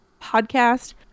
podcast